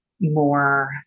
more